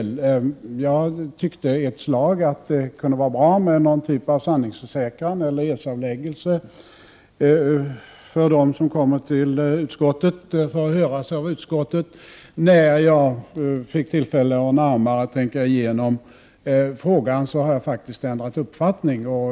Jag tyckte ett slag att det kunde vara bra med någon typ av sanningsförsäkran eller edsavläggelse för dem som kommer för att höras av utskottet. När jag fått tillfälle att närmare tänka igenom detta har jag faktiskt ändrat uppfattning.